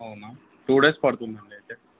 అవునా two days పడుతుంది అయితే